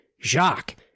Jacques